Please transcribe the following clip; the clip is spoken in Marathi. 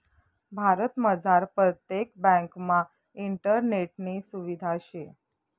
भारतमझार परतेक ब्यांकमा इंटरनेटनी सुविधा शे